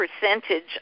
percentage